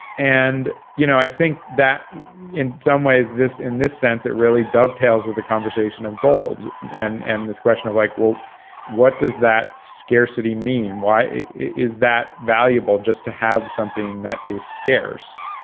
and you know i think that in some ways this in this sense it really dovetails with the conversation of gold and and this question of like well what does that scarcity mean why is that valuable just to have something that is scarce.